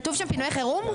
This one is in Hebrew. כתוב שם פינויי חירום?